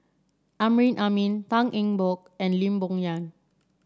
Amrin Amin Tan Eng Bock and Lee Boon Yang